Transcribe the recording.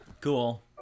Cool